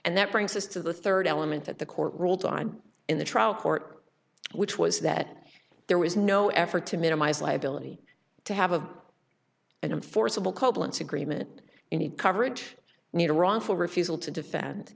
and that brings us to the third element that the court ruled on in the trial court which was that there was no effort to minimize liability to have a and forcible copeland's agreement any coverage need a wrongful refusal to defend